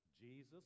Jesus